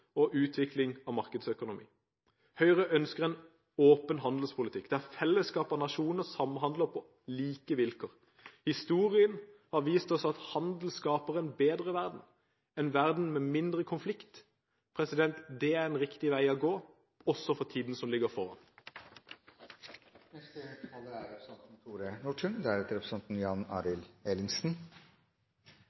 og utvikling av markedsøkonomi. Høyre ønsker en åpen handelspolitikk, der fellesskapet av nasjoner samhandler på like vilkår. Historien har vist oss at handel skaper en bedre verden, en verden med mindre konflikt. Det er en riktig vei å gå – også for tiden som ligger